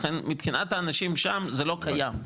לכן מבחינת האנשים שם זה לא קיים.